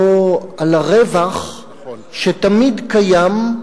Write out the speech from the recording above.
או על הרווח, שתמיד קיים,